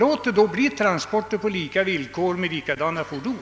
Låt det bli transporter på lika villkor och med likadana fordon!